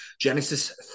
Genesis